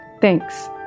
Thanks